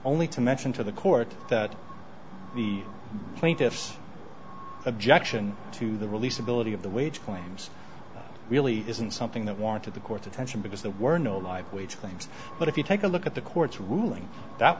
only to mention to the court that the plaintiffs objection to the release ability of the wage claims really isn't something that want to the court's attention because they were no life weaklings but if you take a look at the court's ruling that